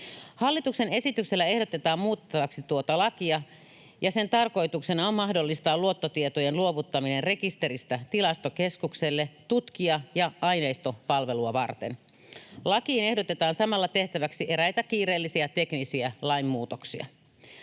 Hallituksen esityksellä ehdotetaan muutettavaksi tuota lakia, ja sen tarkoituksena on mahdollistaa luottotietojen luovuttaminen rekisteristä Tilastokeskukselle tutkija- ja aineistopalvelua varten. Lakiin ehdotetaan samalla tehtäväksi eräitä kiireellisiä teknisiä lainmuutoksia.